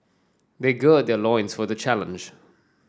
they gird their loins for the challenge